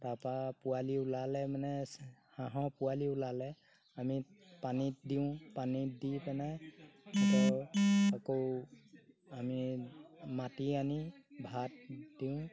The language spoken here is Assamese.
তাৰপৰা পোৱালি ওলালে মানে হাঁহৰ পোৱালি ওলালে আমি পানীত দিওঁ পানীত দি পেনে আকৌ আমি মাটি আনি ভাত দিওঁ